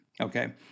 Okay